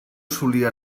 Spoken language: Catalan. solia